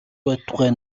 байтугай